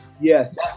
yes